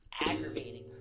aggravating